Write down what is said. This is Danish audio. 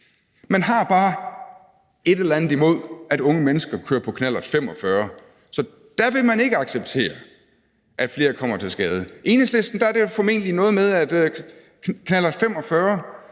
Man har bare et eller andet imod, at unge mennesker kører på knallert 45, så der vil man ikke acceptere, at flere kommer til skade. For Enhedslisten er det formentlig noget med, at knallert 45